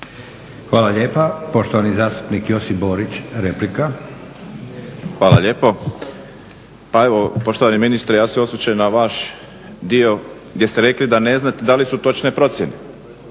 Hvala lijepa. Poštovani zastupnik Josip Borić, replika. **Borić, Josip (HDZ)** Hvala lijepo. Pa evo poštovani ministre ja se osvrćem na vaš dio gdje ste rekli da ne znate da li su točne procjene.